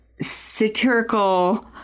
satirical